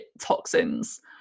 toxins